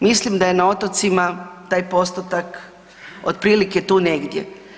Mislim da je na otocima taj postotak otprilike tu negdje.